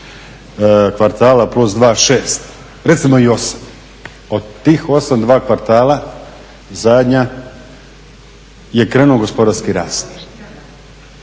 kvartala plus 2, 6, recimo i 8. Od tih 8, 2 kvartala zadnja je krenuo gospodarski rast